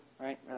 right